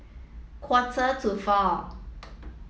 quarter to four